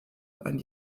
ein